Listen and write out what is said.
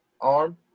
arm